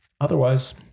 otherwise